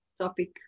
topic